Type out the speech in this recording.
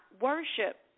worship